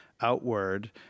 outward